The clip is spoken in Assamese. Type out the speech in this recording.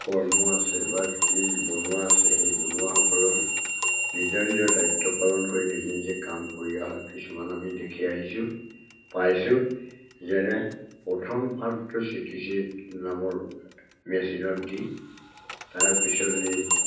কৰ্ম আছে বা কি বনোৱা আছে সেই বনোৱাসকলৰ নিজৰ নিজৰ দায়িত্ব পালন কৰি নিজে নিজে কাম কৰি কিছুমান আমি দেখি আহিছোঁ পাইছোঁ যেনে প্ৰথম পাতটো চিকিছিৰ নামৰ মেচিনত দি তাৰপিছত নি